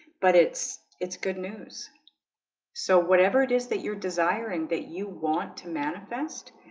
but it's it's good news so whatever it is that you're desiring that you want to manifest